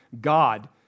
God